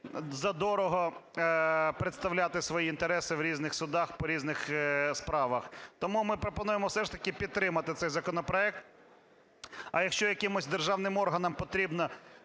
задорого представляти свої інтереси в різних судах по різних справах. Тому ми пропонуємо все ж таки підтримати цей законопроект. А якщо якимось державним органам потрібно